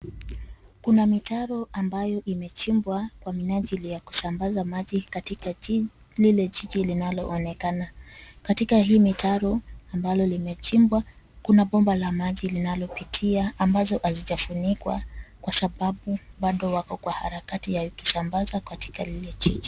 Kuna mitaro ambayo imechimbwa kwa minajili ya kusambaza maji katika lile jiji linaloonekana. Katika hii mitaro ambalo limechimbwa kuna bomba la maji linalopitia ambazo hazijafunikwa kwa sababu bado wako kwa harakati ya kuisambaza katika lile jiji.